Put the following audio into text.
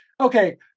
Okay